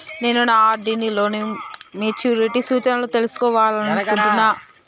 నేను నా ఆర్.డి లో నా మెచ్యూరిటీ సూచనలను తెలుసుకోవాలనుకుంటున్నా